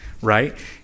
right